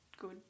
good